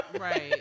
Right